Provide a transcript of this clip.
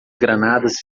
granadas